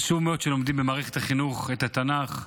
שחשוב מאוד שלומדים במערכת החינוך את התנ"ך ------ רגע,